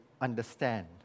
understand